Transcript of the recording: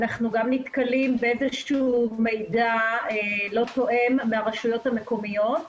נתקלים באיזה שהוא מידע לא תואם מהרשויות המקומיות,